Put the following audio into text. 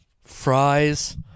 fries